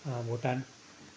Bhutan